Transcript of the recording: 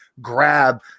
grab